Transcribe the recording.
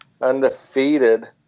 undefeated